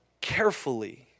carefully